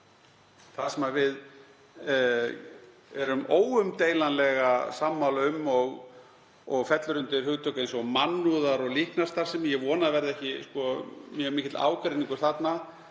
það sem við erum óumdeilanlega sammála um og fellur undir hugtök eins og mannúðar- og líknarstarfsemi. Ég vona að ekki verði mjög mikill ágreiningur þarna.